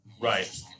Right